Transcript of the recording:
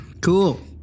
Cool